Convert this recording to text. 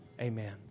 amen